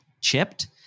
chipped